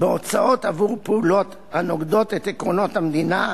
בהוצאות עבור פעולות הנוגדות את עקרונות המדינה,